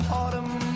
autumn